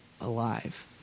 alive